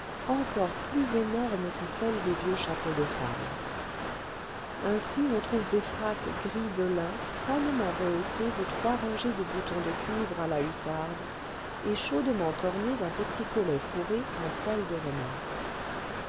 encore plus énormes que celles des vieux chapeaux de femme ainsi on trouve des fracs gris de lin crânement rehaussés de trois rangées de boutons de cuivre à la hussarde et chaudement ornés d'un petit collet fourré en poil de renard